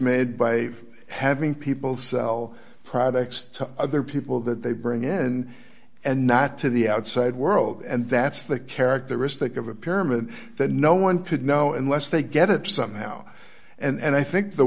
made by having people sell products to other people that they bring in and not to the outside world and that's the characteristic of a pyramid that no one could know unless they get it somehow and i think the